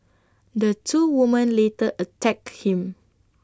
the two women later attacked him